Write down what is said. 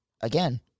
again